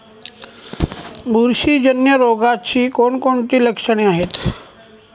बुरशीजन्य रोगाची कोणकोणती लक्षणे आहेत?